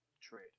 trade